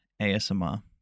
ASMR